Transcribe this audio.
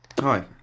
Hi